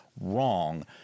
wrong